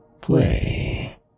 play